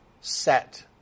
set